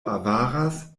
avaras